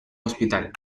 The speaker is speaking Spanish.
hospital